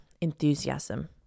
enthusiasm